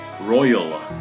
royal